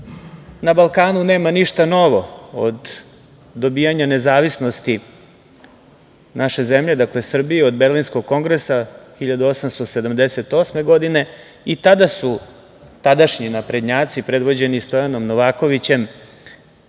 na Balkanu nema ništa novo od dobijanja nezavisnosti naše zemlje Srbije, dakle, od Berlinskog kongresa 1878. godine. I tada su tadašnji naprednjaci predvođeni Stojanom Novakovićem,